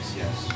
yes